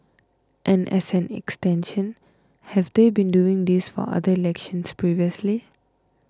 and as an extension have they been doing this for other elections previously